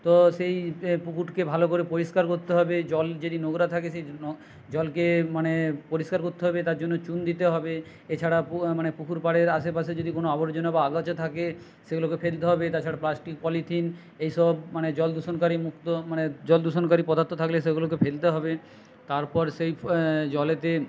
তো সেই পুকুরকে ভালো করে পরিষ্কার করতে হবে জল যদি নোংরা থাকে সেই জলকে মানে পরিষ্কার করতে হবে তার জন্য চুন দিতে হবে এছাড়া মানে পুকুর পাড়ের আশেপাশে যদি কোনো আবর্জনা বা আগাছা থাকে সেগুলোকে ফেলতে হবে তাছাড়া প্লাস্টিক পলিথিন এইসব মানে জল দূষণকারী মুক্ত মানে জল দূষণকারী পদার্থ থাকলে সেগুলোকে ফেলতে হবে তারপর সেই জলেতে